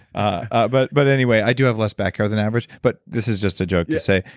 ah but but anyway, i do have less back hair than average, but this is just a joke to say,